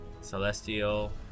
Celestial